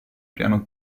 piano